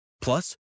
Plus